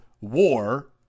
war